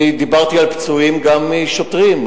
אני דיברתי על פצועים גם מהשוטרים.